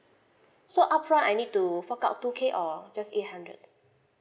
so upfront I need to fork out two K or just eight hundred